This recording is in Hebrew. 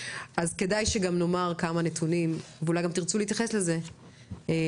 אז כדאי שגם נאמר כמה נתונים ואולי גם תרצו להתייחס לזה בהמשך,